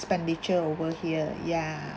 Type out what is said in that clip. expenditure over here yeah